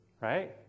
right